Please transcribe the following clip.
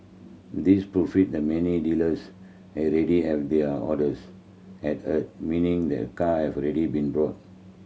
this that many dealers already have their orders at a meaning that car have already been bought